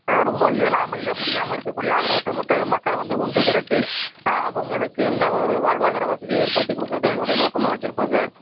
ரொம்ப இயலாமையில் முடியாமல் இருக்கக்கூடிய ஆதரவற்ற மக்களை வந்து ஒன்று திரட்டி அவங்களுக்கு என்ன ஒரு வாழ்வாதார வசதியை ஏற்படுத்தி கொடுக்குறது தான் எங்களோட நோக்கமாக வைச்சிருக்கோம் சார்